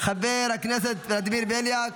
חבר הכנסת ולדימיר בליאק,